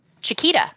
Chiquita